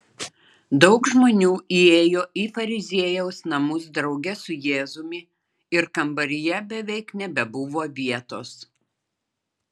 daug žmonių įėjo į fariziejaus namus drauge su jėzumi ir kambaryje beveik nebebuvo vietos